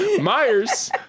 Myers